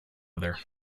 other